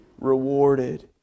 rewarded